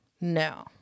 No